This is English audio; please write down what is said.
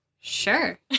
Sure